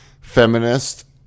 feminist